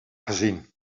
gezien